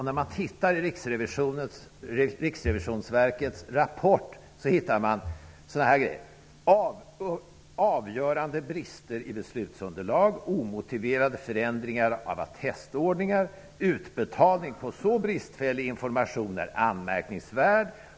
När man tittar i Riksrevisionsverkets rapport ser man sådana här grejer: avgörande brister i beslutsunderlag, omotiverade förändringar av attestordningar, utbetalning på så bristfällig information är anmärkningsvärd.